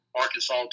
Arkansas